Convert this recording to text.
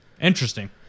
Interesting